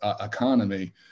economy